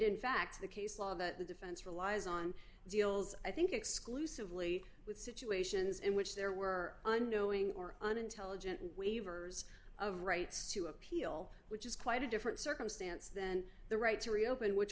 in fact the case law that the defense relies on deals i think exclusively with situations in which there were unknowing or unintelligent waivers of rights to appeal which is quite a different circumstance then the right to reopen which